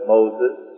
Moses